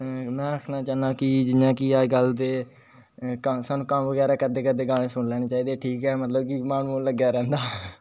में आक्खना चांहना कि जियां कि अजकल ते सानू कम्म बगैरा करदे करदे गाने सुनी लेने चाहिदे ठीक ऐ मतलब कि माडा मुटटा लग्गे दा रैंहदा